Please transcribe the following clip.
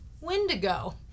wendigo